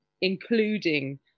including